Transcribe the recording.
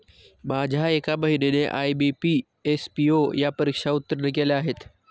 माझ्या एका बहिणीने आय.बी.पी, एस.पी.ओ या परीक्षा उत्तीर्ण केल्या आहेत